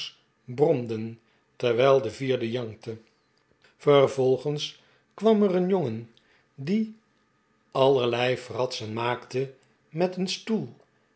bromden terwijl de vierde jankte vervolgens kwam er een jongen die allerlei fratsen niaakte met een stoel